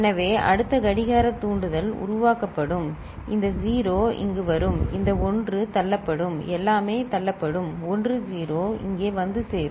எனவே அடுத்த கடிகாரத் தூண்டுதல் உருவாக்கப்படும் இந்த 0 இங்கு வரும் இந்த 1 தள்ளப்படும் எல்லாமே தள்ளப்படும் 1 0 இங்கே வந்து சேரும்